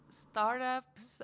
startups